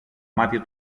μάτια